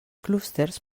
clústers